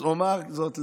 אז אומר זאת לסיכום: